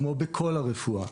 כמו בכל הרפואה.